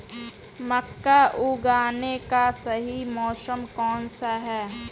मक्का उगाने का सही मौसम कौनसा है?